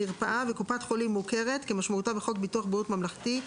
מרפאה וקופת חולים מוכרת כמשמעותה בחוק ביטוח בריאות ממלכתי,